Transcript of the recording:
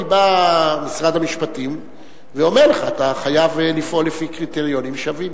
כי בא משרד המשפטים ואומר לך שאתה חייב לפעול לפי קריטריונים שווים.